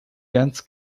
ganz